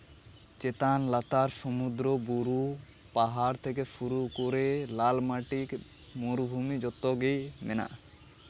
ᱪᱮᱛᱟᱱ ᱞᱟᱛᱟᱨ ᱥᱚᱢᱩᱫᱨᱩ ᱵᱩᱨᱩ ᱯᱟᱦᱟᱲ ᱛᱷᱮᱠᱮ ᱥᱩᱨᱩ ᱠᱚᱨᱮ ᱞᱟᱞ ᱢᱟᱹᱴᱤ ᱢᱩᱨᱩᱵᱷᱩᱢᱤ ᱡᱚᱛᱚᱜᱮ ᱢᱮᱱᱟᱜᱼᱟ